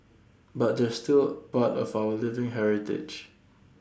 but they're still part of our living heritage